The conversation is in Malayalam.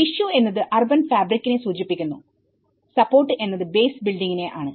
ടിഷ്യൂ എന്നത് അർബൻ ഫാബ്രിക് നെ സൂചിപ്പിക്കുന്നു സപ്പോർട്ട് എന്നത് ബേസ് ബിൽഡിംഗ് ആണ്